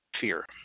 fear